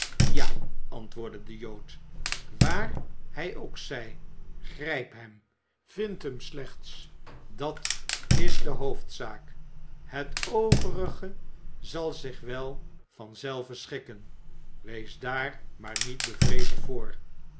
ja antwoordde de jood waar hij ook zij grijp hem vind hem slechts dat is de hoofdzaak het overige zal zich wel van zelve schikken wees daar maar niet bevreesd voor